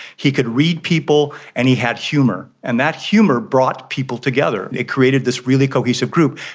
he could read people, and he had humour, and that humour brought people together, it created this really cohesive group,